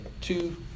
two